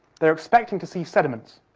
they're expecting to see sediments.